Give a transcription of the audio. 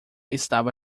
estava